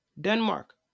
denmark